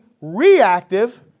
reactive